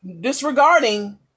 Disregarding